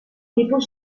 tipus